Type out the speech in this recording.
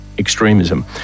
Extremism